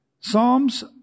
Psalms